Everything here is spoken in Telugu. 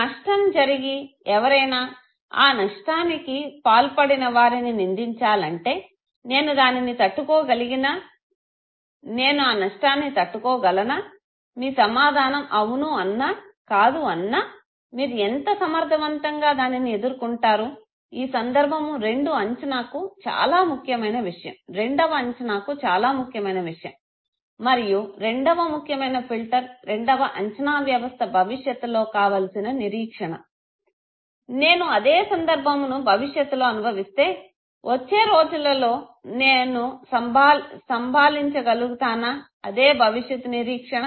నష్టం జరిగి ఎవరైనా ఆ నష్టానికి పాల్పడినవారిని నిందించాలంటే నేను దానిని తట్టుగోగలిగినా నేను ఈ నష్టాన్ని తట్టుకోగలనా మీ సమాధానం అవును అన్నా కాదు అన్నా మీరు ఎంత సమర్ధవంతంగా దానిని ఎదుర్కుంటారు ఈ సందర్భము రెండవ అంచనాకు చాలా ముఖ్యమైన విషయం మరియు రెండవ ముఖ్యమైన ఫిల్టర్ రెండవ అంచనా వ్యవస్థ భవిష్యత్తులో కావలిసిన నిరీక్షణ నేను అదే సందర్భమును భవిష్యత్తులో అనుభవిస్తే వచ్చే రోజులలో నేను సంభాలించగలుగుతానా అదే భవిష్యత్తు నిరీక్షణ